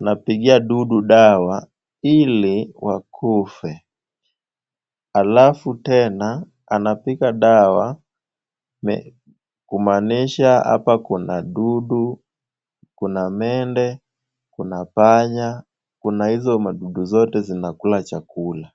anapigia dudu dawa ili wakufe, alafu tena anapiga dawa kumaanisha hapa kuna dudu, kuna mende, kuna panya, kuna hao wadudu wote wanakula chakula.